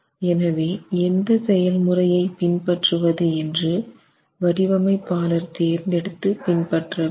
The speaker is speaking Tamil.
எனவே எந்த செயல்முறையை பின்பற்றுவது என்று வடிவமைப்பாளர் தேர்ந்தெடுத்து பின்பற்ற வேண்டும்